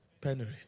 penury